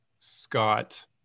Scott